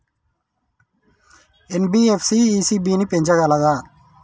NBFC ECB ని పెంచగలదా?